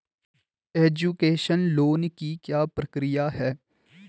Education loan की क्या प्रक्रिया है?